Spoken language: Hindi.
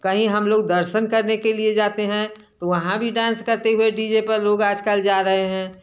कहीं हम लोग दर्शन करने के लिए जाते हैं तो वहाँ भी डांस करते हुए डी जे पर लोग आज कल जा रहे हैं